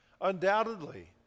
Undoubtedly